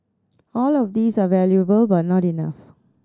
all of these are valuable but not enough